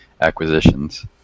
acquisitions